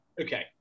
Okay